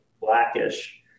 blackish